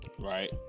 right